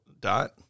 Dot